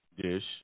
dish